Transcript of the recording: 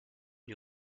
die